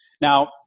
Now